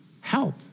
help